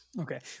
Okay